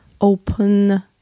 open